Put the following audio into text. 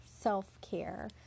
self-care